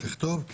אז תכתוב.